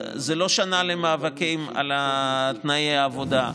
זו לא שנה למאבקים על תנאי העבודה.